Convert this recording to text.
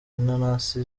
inanasi